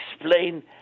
explain